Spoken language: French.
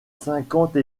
cinquante